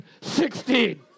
Sixteen